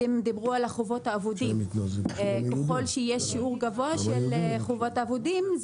אם דיברו על החובות האבודים ככל שיהיה שיעור גבוה של חובות אבודים,